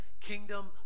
kingdom